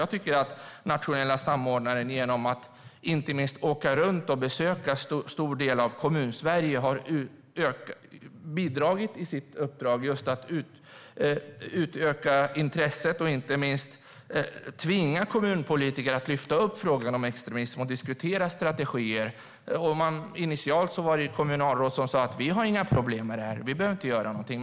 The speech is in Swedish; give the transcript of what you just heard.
Jag tycker att den nationella samordnaren, genom att åka runt och besöka en stor del av Kommunsverige, har bidragit till att öka intresset. Man har inte minst tvingat kommunpolitiker att lyfta upp frågan om extremism och att diskutera strategier. Initialt fanns det kommunalråd som sa att de inte hade några problem med det här, att de inte behövde göra någonting.